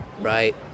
Right